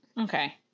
Okay